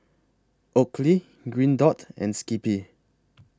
Oakley Green Dot and Skippy